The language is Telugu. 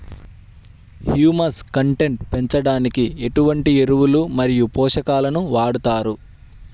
హ్యూమస్ కంటెంట్ పెంచడానికి ఎటువంటి ఎరువులు మరియు పోషకాలను వాడతారు?